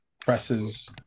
presses